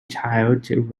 child